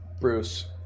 Bruce